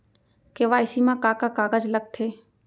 KYC मा का का कागज लगथे?